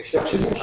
שעכשיו הגיעו ל-30,